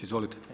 Izvolite.